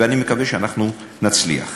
ואני מקווה שאנחנו נצליח.